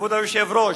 מכבוד היושב-ראש,